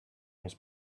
his